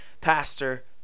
pastor